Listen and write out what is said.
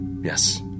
Yes